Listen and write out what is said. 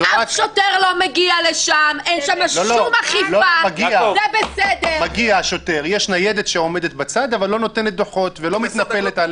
שותים בירה, הכול בסדר, השוטר לא יוצא ונותן דוח.